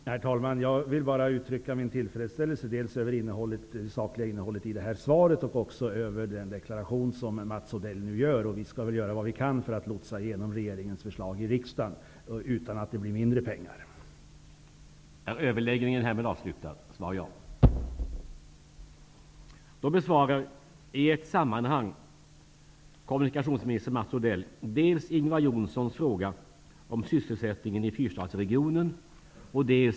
Herr talman! Jag vill uttrycka min tillfredsställelse dels över det sakliga innehållet i svaret, dels över den deklaration som Mats Odell nu har gjort. Vi skall göra vad vi kan för att lotsa igenom regeringens förslag i riksdagen utan att beslutet skall bli att en mindre mängd pengar skall anslås.